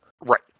Right